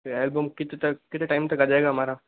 album कितने कितने time तक आ जायेगा हमारा